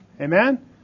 Amen